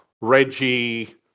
Reggie